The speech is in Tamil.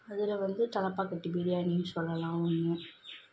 அதில் வந்து தலப்பாக்கட்டி பிரியாணின்னு சொல்லலாம் ஒன்று